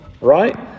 right